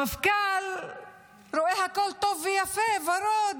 המפכ"ל רואה הכול טוב ויפה, ורוד.